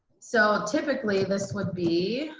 so typically this would be